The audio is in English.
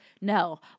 No